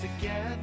together